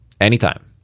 Anytime